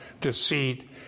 deceit